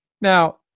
now